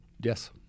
Yes